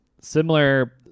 similar